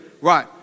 Right